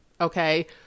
Okay